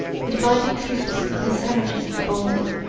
the divided troops of the savages of the baltic,